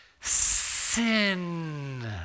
sin